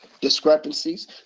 discrepancies